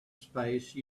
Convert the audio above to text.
space